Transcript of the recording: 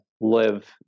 live